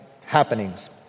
happenings